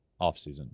offseason